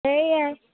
এয়াই